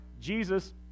Jesus